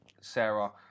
sarah